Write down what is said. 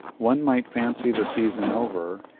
one might fancy the season over,